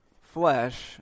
flesh